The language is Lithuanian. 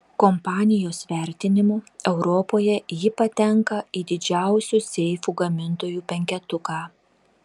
kompanijos vertinimu europoje ji patenka į didžiausių seifų gamintojų penketuką